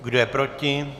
Kdo je proti?